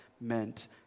meant